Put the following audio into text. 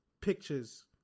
pictures